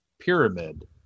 pyramid